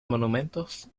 monumentos